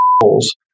holes